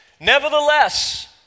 Nevertheless